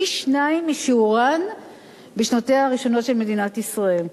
פי-שניים משיעורן בשנותיה הראשונות של מדינת ישראל.